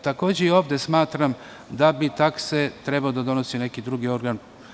Takođe, i ovde smatram da bi takse trebalo da donosi neki drugi organ.